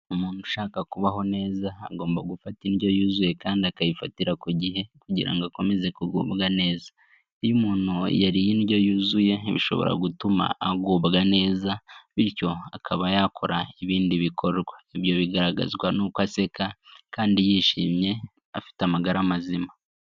Umuntu ushaka kubaho neza agomba gufata indyo yuzuye kandi akayifatira ku gihe kugira ngo akomeze kugubwa neza, iyo umuntu yariye indyo yuzuye bishobora gutuma agubwa neza, bityo akaba yakora ibindi bikorwa, ibyo bigaragazwa n'uko aseka kandi yishimye afite amagara mazima.